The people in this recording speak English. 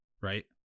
right